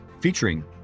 featuring